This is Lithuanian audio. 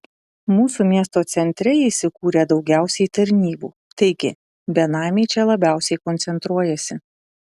mūsų miesto centre įsikūrę daugiausiai tarnybų taigi benamiai čia labiausiai koncentruojasi